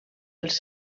els